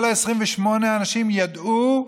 כל 28 האנשים ידעו,